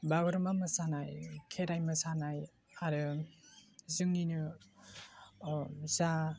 बागुम्बा मोसानाय खेराय मोसानाय आरो जोंनिनो जा